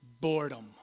boredom